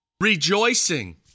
Rejoicing